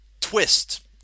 twist